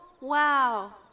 wow